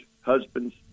husbands